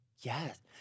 Yes